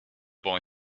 boy